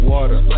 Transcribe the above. Water